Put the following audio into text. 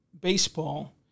baseball